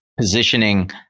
positioning